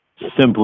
simply